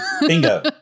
Bingo